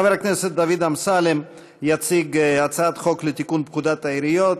חבר הכנסת דוד אמסלם יציג הצעת חוק לתיקון פקודת העיריות